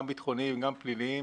גם ביטחוניים וגם פליליים,